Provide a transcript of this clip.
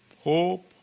hope